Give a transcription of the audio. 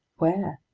where?